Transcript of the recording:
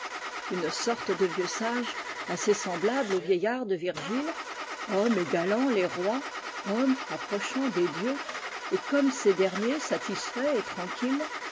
une sorte de vieux sage assez semblable au vieillard de virgile homme égalant les rois homme approchant des dieux et comme ces derniers satisfait et tranquille